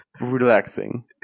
relaxing